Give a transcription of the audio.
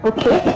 Okay